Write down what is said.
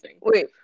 Wait